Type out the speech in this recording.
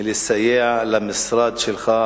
מלסייע למשרד שלך,